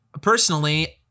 personally